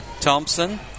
Thompson